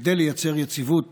כדי לייצר יציבות